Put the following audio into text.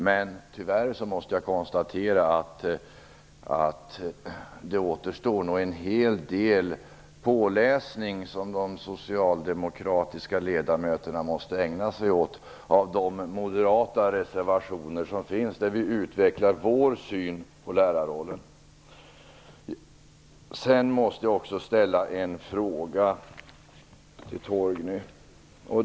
Men tyvärr måste jag konstatera att de socialdemokratiska ledamöterna nog måste ägna sig åt att läsa på de moderata reservationer där vi utvecklar vår syn på lärarrollen. Jag måste också ställa en fråga till Torgny Danielsson.